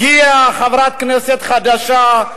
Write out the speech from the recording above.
הגיעה חברת כנסת חדשה,